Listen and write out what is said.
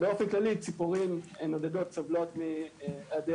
באופן כללי ציפורים נודדות סובלות מהיעדר